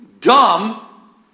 dumb